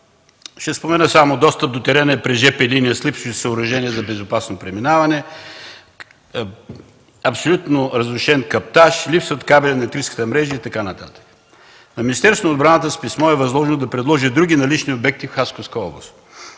Ще спомена само достъп до терена и при жп линия с липсващи съоръжения за безопасно преминаване, абсолютно разрушен каптаж, липсват кабели от електрическата мрежа и така нататък. На Министерството на отбраната с писмо е възложено да предложи други налични обекти в Хасковска област.